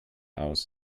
aus